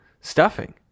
stuffing